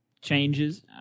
Changes